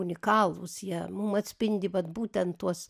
unikalūs jie mum atspindi vat būtent tuos